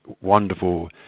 wonderful